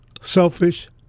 selfish